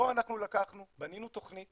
פה לקחנו, בנינו תכנית